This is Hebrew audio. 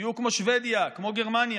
תהיו כמו שבדיה, כמו גרמניה.